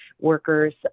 workers